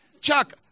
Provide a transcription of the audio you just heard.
Chuck